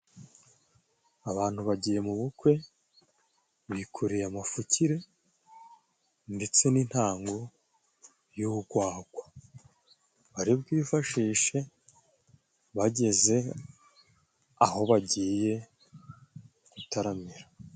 Abantu bagiye mu bukwe bikoreye amafukire ndetse n'intango y'ugwagwa bari bwifashishe bageze aho bagiye gutaramira.